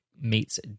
meets